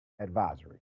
advisory